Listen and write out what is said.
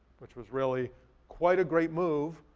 which was really quite a great move,